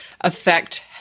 affect